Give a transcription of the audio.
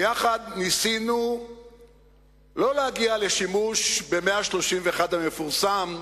ויחד ניסינו לא להגיע לשימוש ב-131 המפורסם,